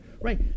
Right